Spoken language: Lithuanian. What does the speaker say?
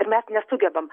ir mes nesugebam